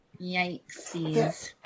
yikes